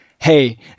hey